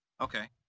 Okay